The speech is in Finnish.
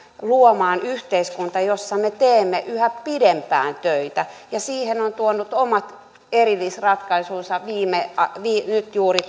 luomaan yhteiskunnan jossa me teemme yhä pidempään töitä ja siihen on tuonut omat erillisratkaisunsa nyt juuri